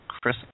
Chris